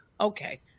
okay